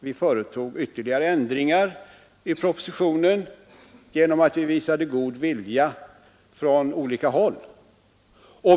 Vi företog ytterligare ändringar i propositionen genom att det visades god vilja från olika håll.